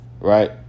right